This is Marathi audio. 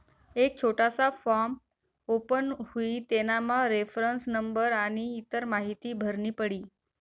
एक छोटासा फॉर्म ओपन हुई तेनामा रेफरन्स नंबर आनी इतर माहीती भरनी पडी